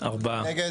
מי נגד?